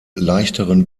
leichteren